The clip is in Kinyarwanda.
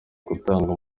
gutanga